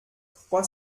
trois